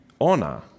honor